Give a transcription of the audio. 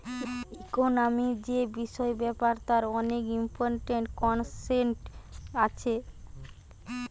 economic যে বিষয় ব্যাপার তার অনেক ইম্পরট্যান্ট কনসেপ্ট আছে